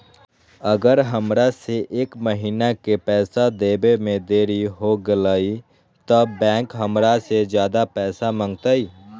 अगर हमरा से एक महीना के पैसा देवे में देरी होगलइ तब बैंक हमरा से ज्यादा पैसा मंगतइ?